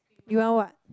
you want what